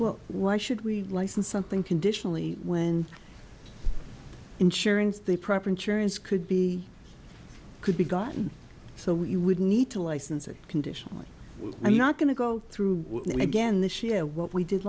well why should we license something conditionally when ensuring the proper insurance could be could be gotten so what you would need to license it conditionally i'm not going to go through again this year what we did